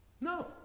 No